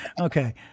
Okay